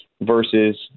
versus